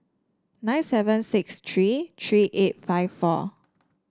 nine seven six three three eight five four